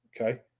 Okay